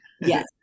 Yes